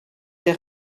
des